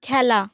খেলা